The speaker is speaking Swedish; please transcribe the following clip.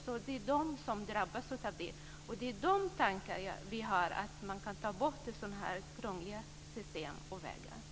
Det är de som drabbas av det här, och det är de tankarna vi har; att man kan ta bort sådana här krångliga system och vägar.